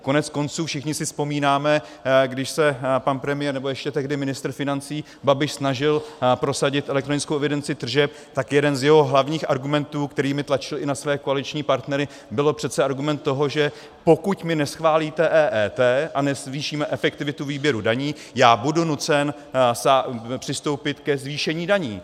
Koneckonců všichni si vzpomínáme, když se pan premiér, nebo ještě tehdy ministr financí Babiš snažil prosadit elektronickou evidenci tržeb, tak jeden z jeho hlavních argumentů, kterými tlačil i na své koaliční partnery, bylo přece argument toho, že pokud mi neschválíte EET a nezvýšíme efektivitu výběru daní, já budu nucen přistoupit ke zvýšení daní.